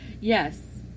Yes